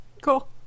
Cool